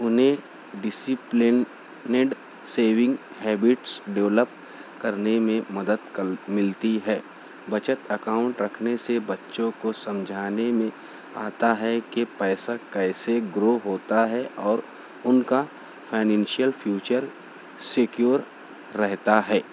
انہیں disciplined saving habits develop کرنے میں مدد کل ملتی ہے بچت اکاؤنٹ رکھنے سے بچوں کو سمجھانے میں آتا ہے کہ پیسہ کیسے گرو ہوتا ہے اور ان کا فائنینشیل فیوچر سکیور رہتا ہے